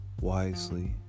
wisely